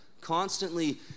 Constantly